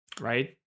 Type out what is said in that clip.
Right